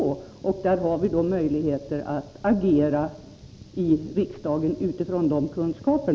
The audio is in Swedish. I detta sammanhang har vi möjligheter att agera i riksdagen utifrån dessa kunskaper.